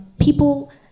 people